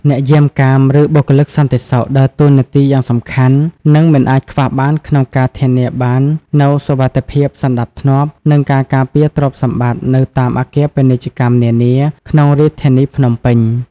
អ្នកយាមកាម ឬបុគ្គលិកសន្តិសុខ ដើរតួនាទីយ៉ាងសំខាន់ និងមិនអាចខ្វះបានក្នុងការធានាបាននូវសុវត្ថិភាព សណ្ដាប់ធ្នាប់ និងការការពារទ្រព្យសម្បត្តិនៅតាមអគារពាណិជ្ជកម្មនានា ក្នុងរាជធានីភ្នំពេញ។